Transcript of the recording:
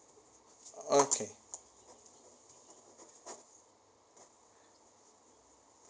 okay